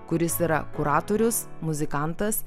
kuris yra kuratorius muzikantas